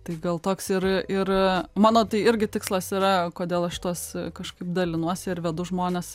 tai gal toks ir ir mano tai irgi tikslas yra kodėl aš šituos kažkaip dalinuosi ir vedu žmones